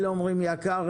אלה אומריםיקר,